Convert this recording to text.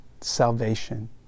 Salvation